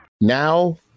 Now